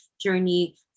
journey